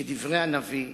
כדברי הנביא: